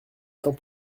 temps